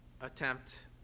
attempt